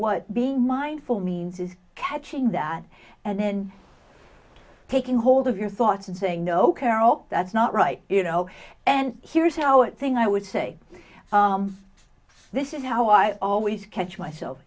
what being mindful means is catching that and then taking hold of your thoughts and saying no care ok that's not right you know and here's how it thing i would say this is how i always catch myself